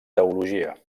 teologia